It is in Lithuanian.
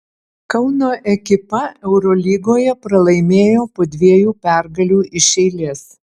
kauno ekipa eurolygoje pralaimėjo po dviejų pergalių iš eilės